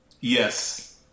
Yes